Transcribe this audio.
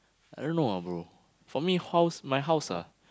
I don't know ah bro for me house my house ah